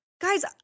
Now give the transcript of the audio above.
Guys